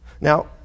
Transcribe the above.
Now